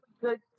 good